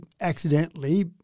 accidentally